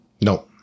no